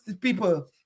people